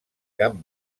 cap